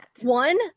One